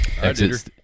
Exit